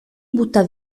butta